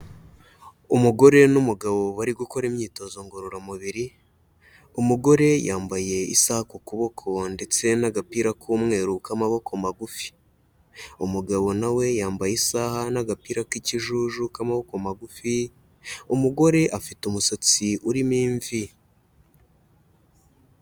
Umugore n'umugabo bari gukora imyitozo ngororamubiri, umugore yambaye isaha ku kuboko ndetse n'agapira k'umweru k'amaboko magufi. Umugabo na we yambaye isaha n'agapira k'ikijuju k'amaboko magufi, umugore afite umusatsi urimo imvi.